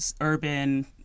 urban